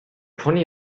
pony